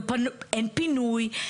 אין פינוי,